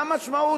מה המשמעות?